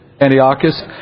Antiochus